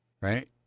right